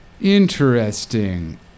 Interesting